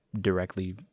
directly